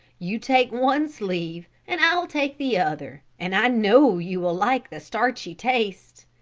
you take one sleeve and i will take the other and i know you will like the starchy taste.